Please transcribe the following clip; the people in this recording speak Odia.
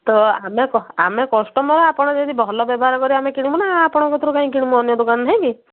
ତ ଆମେ ଆମେ କଷ୍ଟମର୍ ଆପଣ ଯଦି ଭଲ ବ୍ୟବହାର କରିବେ ଆମେ କିଣିବୁ ନା ଆପଣଙ୍କ କତିରୁ କାଇଁ କିଣିବୁ ଅନ୍ୟ ଦୋକାନ ନାହିଁ କି